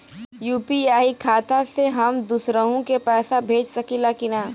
UPI खाता से हम दुसरहु के पैसा भेज सकीला की ना?